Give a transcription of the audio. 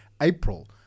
April